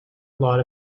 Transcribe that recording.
lot